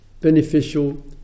beneficial